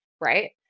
right